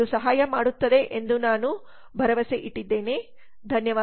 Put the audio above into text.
ಇದು ಸಹಾಯ ಮಾಡುತ್ತದೆ ಎಂದು ನಾನು ಭಾವಿಸುತ್ತೇನೆ